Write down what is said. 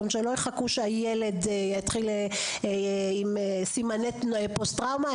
זאת אומרת שלא יחכו שהילד יתחיל עם סימני פוסט-טראומה,